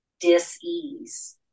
dis-ease